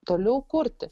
toliau kurti